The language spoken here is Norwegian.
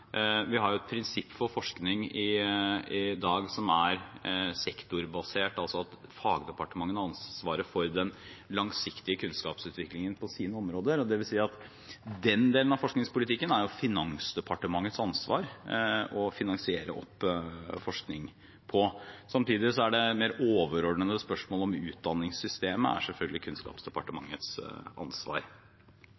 Vi har et prinsipp for forskning i dag som er sektorbasert, altså at fagdepartementene har ansvaret for den langsiktige kunnskapsutviklingen på sine områder. Den delen av forskningen er det Finansdepartementets ansvar å finansiere. Samtidig er det mer overordnede spørsmålet om utdanningssystemet selvfølgelig Kunnskapsdepartementets ansvar. Interpellasjonen fra representanten Grung gjelder faget skatterett, som er